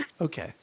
Okay